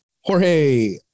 Jorge